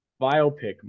Biopic